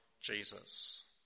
Jesus